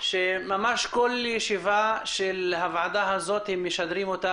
שכל ישיבה של הוועדה הזאת משדרים אותה